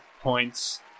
points